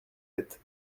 êtes